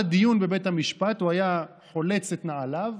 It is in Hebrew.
בשעת הדיון בבית המשפט הוא היה חולץ את נעליו,